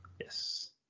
Yes